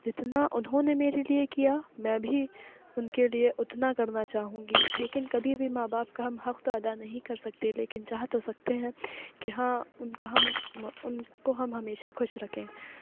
جتنا انہوں نے میرے لیے کیا میں بھی ان کے لیے اتنا کرنا چاہوں گی لیکن کبھی بھی ماں باپ کا ہم حق تو ادا نہیں کر سکتے لیکن چاہ تو سکتے ہیں کہ ہاں ان کا ہم ان کو ہم ہمیشہ خوش رکھیں